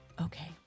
Okay